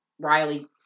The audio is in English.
Riley